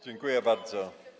Dziękuję bardzo.